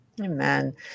Amen